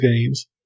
games